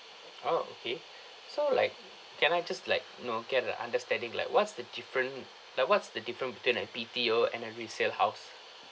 oh okay so like can I just like you know get a understanding like what's the different like what's the different between a B_T_O and a resale house